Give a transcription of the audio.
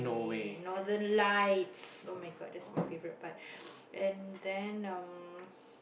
way Northern Light oh-my-god that's my favourite part and then um